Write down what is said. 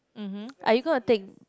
mmhmm are you going to take